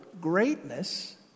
greatness